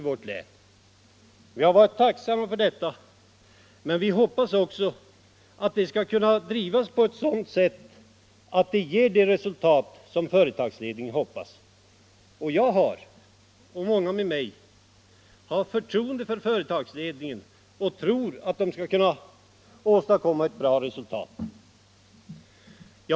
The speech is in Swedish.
Vi har varit tacksamma för detta, men vi hoppas också att projektet skall kunna drivas på ett sådant sätt att det ger det resultat som företagsledningen önskar. Jag och många med mig har förtroende för företagsledningen och tror att den skall kunna åstadkomma ett bra resultat.